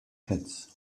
kids